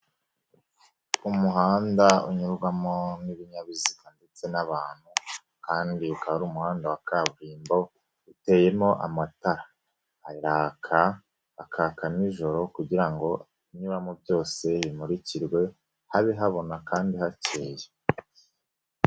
Umuhanda unyurwamo n'ibinyabiziga ndetse n'abantu kandi ukaba ari umuhanda wa kaburimbo uteyemo amatara, araka akaka nijoro kugira ngo ibinyuramo byose bimurikirwe habe habona kandi hakeye.